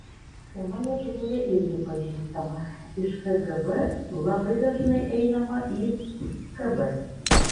schema lietuvoje irgi pažįstama iš kgb labai dažnai einama į kb